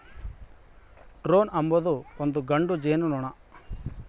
drone ಅಂಬೊದು ಒಂದು ಗಂಡು ಜೇನುನೊಣ